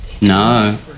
No